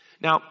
Now